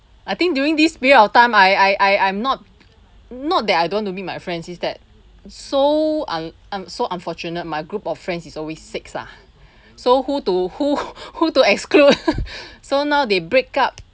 I think during this period of time I I I'm not not that I don't want to meet my friends it's that so I I'm so unfortunate my group of friends is always six lah so who to who who to exclude so now they break up